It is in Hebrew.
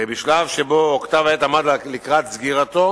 הרי בשלב שבו כתב-העת עמד לקראת סגירתו